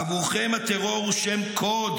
עבורכם הטרור הוא שם קוד,